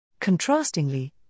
Contrastingly